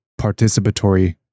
participatory